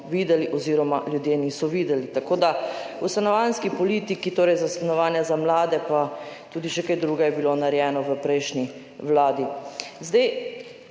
videli oziroma ljudje niso videli. Stanovanjska politika, torej stanovanja za mlade, pa tudi še kaj drugega je bilo narejeno v prejšnji vladi.